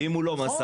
ואם הוא לא מסר?